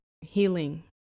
healing